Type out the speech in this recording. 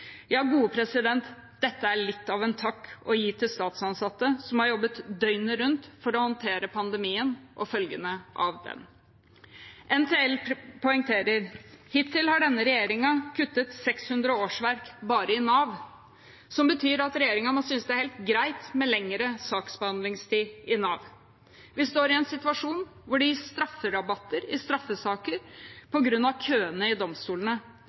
Dette er litt av en takk å gi til statsansatte som har jobbet døgnet rundt for å håndtere pandemien og følgene av den. NTL poengterer: «Hittil har denne regjeringen kuttet 600 årsverk bare i Nav, som betyr at regjeringen synes det er helt greit med lengre saksbehandlingstid i Nav. Vi står i en situasjon hvor det må gis strafferabatter i straffesaker på grunn av køer i domstolene,